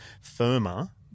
firmer